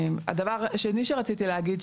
הדבר השני שרציתי להגיד,